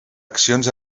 accions